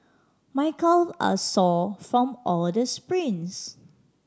my calve are sore from all the sprints